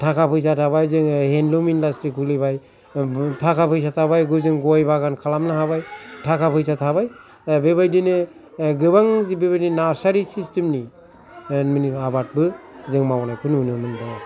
थाखा फैसा थाबाय जोङो हेन्दलुम इनदासट्रि खुलिबाय थाखा फैसा थाबाय गय बागान खालामनो हाबाय थाखा फैसा थाबाय बेबादिनो गोबां बेबायदि नारचारि सिस्टेमनि आबादबो जों मावनायखौ नुनो मोनबाय आरो